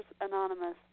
Anonymous